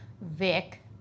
vic